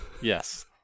Yes